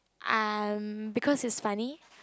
um because it's funny